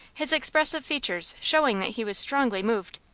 his expressive features showing that he was strongly moved.